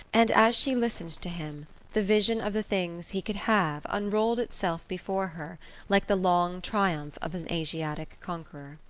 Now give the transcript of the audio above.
and as she listened to him the vision of the things he could have unrolled itself before her like the long triumph of an asiatic conqueror.